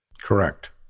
Correct